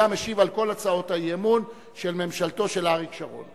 היה משיב על כל הצעות האי-אמון של ממשלתו של אריק שרון.